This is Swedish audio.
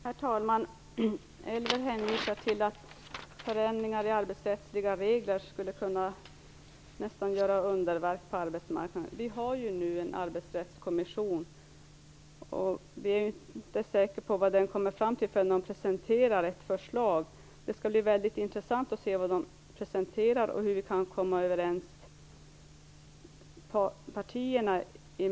Herr talman! Elver Jonsson hänvisar till att förändringar i de arbetsrättsliga reglerna skulle kunna göra nästintill underverk på arbetsmarknaden. Arbetsrättskommissionen arbetar nu men vi kan inte vara säkra på vad den kommer fram till förrän den presenterat sitt förslag. Det skall bli väldigt intressant att se förslaget, och hur partierna kan komma överens.